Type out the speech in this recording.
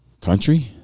Country